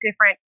different